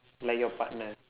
like your partner